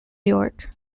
york